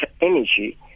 energy